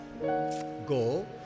Go